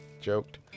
joked